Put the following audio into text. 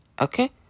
Okay